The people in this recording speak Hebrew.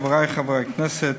חברי חברי הכנסת,